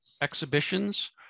exhibitions